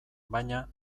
baina